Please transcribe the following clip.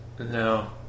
No